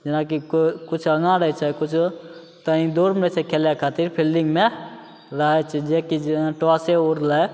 जेनाकि कोइ किछु आगाँ रहै छै किछु तनि दूरमे छै खेलै खातिर फील्डिन्गमे रहै छै जेकि टॉसे उड़लै